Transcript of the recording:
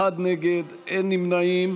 אחד נגד ואין נמנעים.